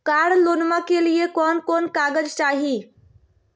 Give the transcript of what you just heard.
कार लोनमा के लिय कौन कौन कागज चाही?